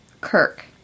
Kirk